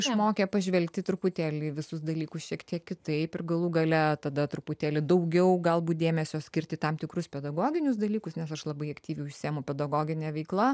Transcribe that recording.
išmokė pažvelgti truputėlį į visus dalykus šiek tiek kitaip ir galų gale tada truputėlį daugiau galbūt dėmesio skirt į tam tikrus pedagoginius dalykus nes aš labai aktyviai užsiimu pedagogine veikla